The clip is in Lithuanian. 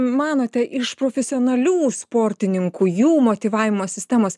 manote iš profesionalių sportininkų jų motyvavimo sistemos